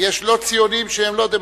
ויש לא-ציונים שהם לא דמוקרטים.